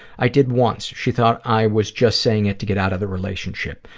i did once. she thought i was just saying it to get out of the relationship.